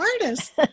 artist